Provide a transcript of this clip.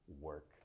work